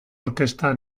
orkestra